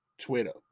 Twitter